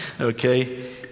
Okay